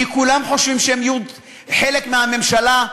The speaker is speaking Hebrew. כי כולם חושבים שהם יהיו חלק מהממשלה,